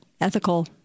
ethical